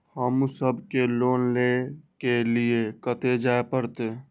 हमू सब के लोन ले के लीऐ कते जा परतें?